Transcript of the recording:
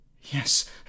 Yes